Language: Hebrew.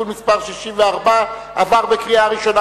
התש"ע 2010,